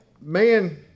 man